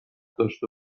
داشته